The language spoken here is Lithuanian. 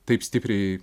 taip stipriai